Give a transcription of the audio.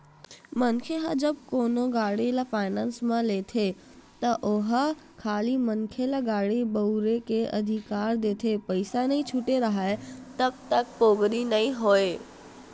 मनखे ह जब कोनो गाड़ी ल फायनेंस म लेथे त ओहा खाली मनखे ल गाड़ी बउरे के अधिकार देथे पइसा नइ छूटे राहय तब तक पोगरी नइ होय